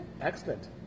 Excellent